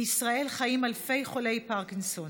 בישראל חיים אלפי חולי פרקינסון.